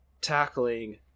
tackling